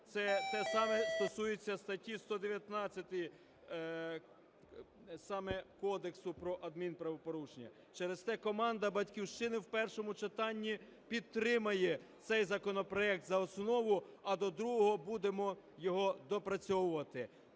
Це те саме стосується статті 119 саме Кодексу про адмінправопорушення. Через те команда "Батьківщина" в першому читанні підтримає цей законопроект за основу, а до другого будемо його доопрацьовувати.